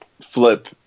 Flip